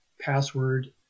password